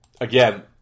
Again